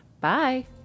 Bye